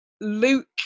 Luke